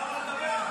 כהן, רוצה לדבר?